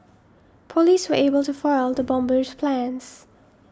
police were able to foil the bomber's plans